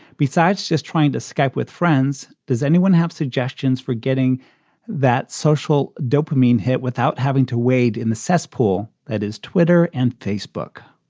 besides just trying to skype with friends. friends. does anyone have suggestions for getting that social dopamine hit without having to wade in the cesspool that is twitter and facebook?